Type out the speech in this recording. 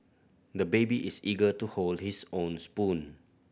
the baby is eager to hold his own spoon